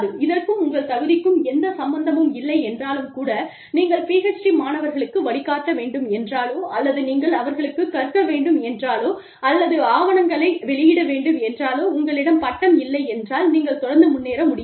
இதற்கும் உங்கள் தகுதிக்கும் எந்த சம்பந்தமும் இல்லை என்றாலும் கூட நீங்கள் பிஎச்டி மாணவர்களுக்கு வழிகாட்ட வேண்டும் என்றாலோ அல்லது நீங்கள் அவர்களுக்கு கற்க்க வேண்டும் என்றாலோ அல்லது ஆவணங்களை வெளியிட வேண்டும் என்றாலோ உங்களிடம் பட்டம் இல்லை என்றால் நீங்கள் தொடர்ந்து முன்னேற முடியாது